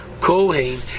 Kohen